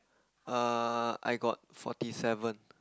err I got forty seven